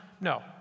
no